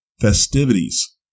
festivities